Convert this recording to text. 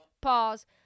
Pause